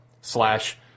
slash